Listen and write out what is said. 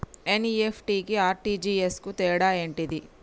NEFT కి RTGS కు తేడా ఏంటిది?